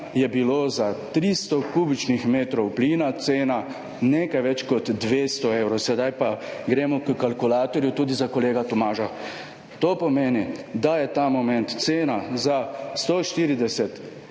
je bilo za 300 kubičnih metrov plina cena nekaj več kot 200 evrov. Sedaj pa gremo h kalkulatorju, tudi za kolega Tomaža. To pomeni, da je ta moment cena za 140 kubičnih metrov